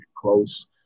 close